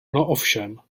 ovšem